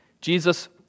Jesus